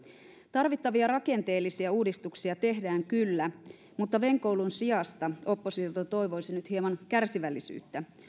tarvittavia rakenteellisia uudistuksia tehdään kyllä mutta venkoilun sijasta oppositiolta toivoisi nyt hieman kärsivällisyyttä